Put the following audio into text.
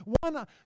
One